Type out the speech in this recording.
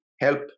help